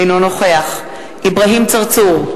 אינו נוכח אברהים צרצור,